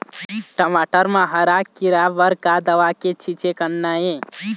टमाटर म हरा किरा बर का दवा के छींचे करना ये?